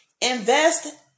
invest